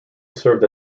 served